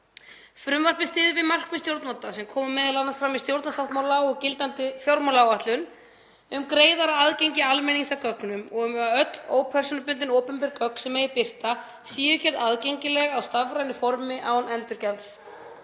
Frumvarpið styður við markmið stjórnvalda, sem koma m.a. fram í stjórnarsáttmála og gildandi fjármálaáætlun, um greiðara aðgengi almennings að gögnum og um að öll ópersónubundin opinber gögn sem megi birta, séu gerð aðgengileg á stafrænu formi, án endurgjalds.